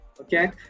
okay